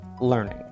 Learning